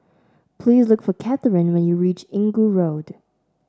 please look for Katheryn when you reach Inggu Road